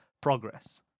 progress